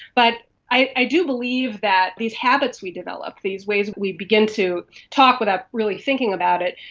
but i do believe that these habits we develop, these ways we begin to talk without really thinking about it,